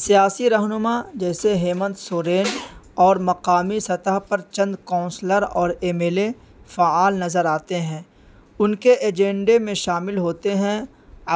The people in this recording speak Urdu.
سیاسی رہنما جیسے حمت سرین اور مقامی سطح پر چند کاؤنسلر اور ایم ایل اے فعال نظر آتے ہیں ان کے ایجنڈے میں شامل ہوتے ہیں